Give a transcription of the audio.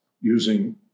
using